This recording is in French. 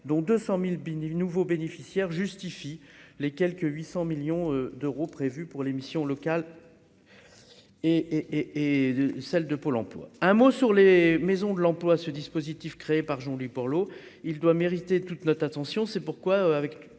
dont 200000 Bini le nouveau bénéficiaire justifie les quelque 800 millions d'euros prévus. Pour les missions locales et et et celle de Pôle emploi, un mot sur les maisons de l'emploi, ce dispositif, créé par Jean lui pour eau il doit mériter toute notre attention, c'est pourquoi avec